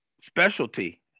specialty